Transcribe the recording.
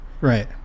Right